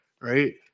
Right